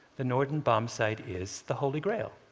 the norden bombsight is the holy grail.